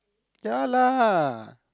ya lah